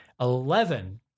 eleven